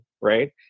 right